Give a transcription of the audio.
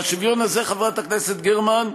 והשוויון הזה, חברת הכנסת גרמן,